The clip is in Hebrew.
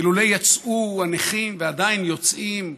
אילולא יצאו הנכים, ועדיין יוצאים,